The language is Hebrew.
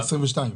ב-22'.